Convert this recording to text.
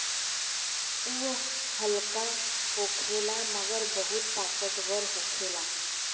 उ हल्का होखेला मगर बहुत ताकतवर होखेला